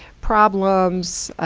problems,